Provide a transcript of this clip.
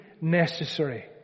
necessary